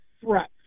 threats